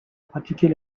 pratiquer